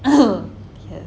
oh